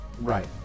Right